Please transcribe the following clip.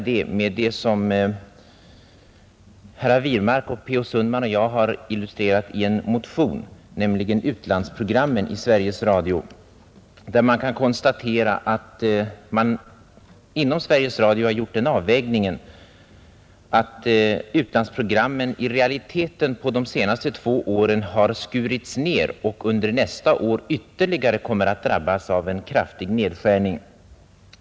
Detta har herr Wirmark, herr Sundman och jag illustrerat i en motion, där vi som exempel nämner utlandsprogrammen i Sveriges Radio. Det kan konstateras att man inom Sveriges Radio har gjort den avvägningen att utlandsprogrammen i realiteten skurits ned under de senaste två åren och att de till nästa år ytterligare kommer att drabbas av en kraftig nedskärning.